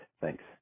Thanks